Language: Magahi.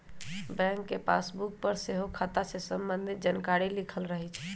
बैंक के पासबुक पर सेहो खता से संबंधित जानकारी लिखल रहै छइ